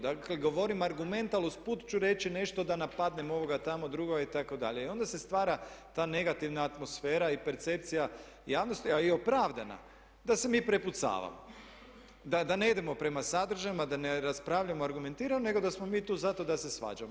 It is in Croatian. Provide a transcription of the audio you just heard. Dakle, govorim argument, ali usput ću reći nešto da napadnem ovoga tamo drugoga itd. i onda se stvara ta negativna atmosfera i percepcija javnosti, ali opravdana da se mi prepucavamo, da ne idemo prema sadržajima, da ne raspravljamo argumentirano, nego da smo mi tu zato da se svađamo.